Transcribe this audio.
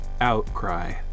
Outcry